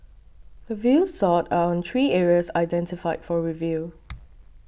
the views sought are on three areas identified for review